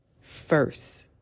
first